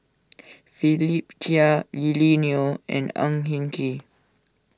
Philip Chia Lily Neo and Ang Hin Kee